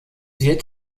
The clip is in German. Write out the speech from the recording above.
wird